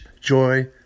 joy